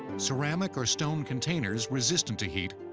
ceramic or stone containers, resistant to heat,